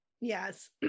Yes